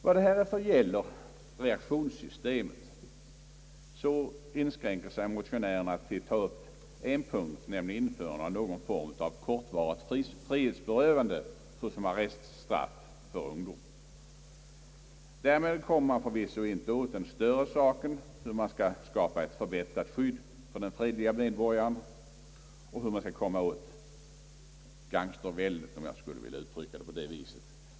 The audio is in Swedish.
Vad härefter gäller reaktionssystemet inskränker sig motionärerna till att ta upp en punkt, nämligen införandet av någon form av kortvarigt frihetsberövande såsom arreststraff för ungdom. Därmed kommer man förvisso inte åt den större saken hur man skall skapa ett förbättrat skydd för den fredlige medborgaren och hur man skall komma åt gangsterväldet, om jag får uttrycka saken på det viset.